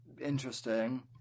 interesting